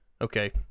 Okay